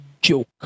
joke